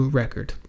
record